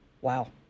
Wow